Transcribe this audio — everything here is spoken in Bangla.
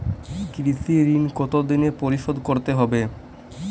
কৃষি ঋণ কতোদিনে পরিশোধ করতে হবে?